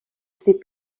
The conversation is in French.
ses